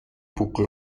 buckel